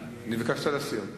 מבקש להסיר מסדר-היום.